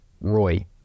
Roy